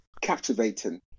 captivating